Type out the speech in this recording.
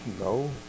No